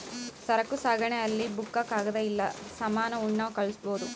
ಸರಕು ಸಾಗಣೆ ಅಲ್ಲಿ ಬುಕ್ಕ ಕಾಗದ ಇಲ್ಲ ಸಾಮಾನ ಉಣ್ಣವ್ ಕಳ್ಸ್ಬೊದು